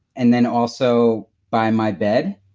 and then also by my bed.